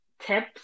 tips